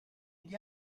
gli